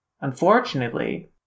unfortunately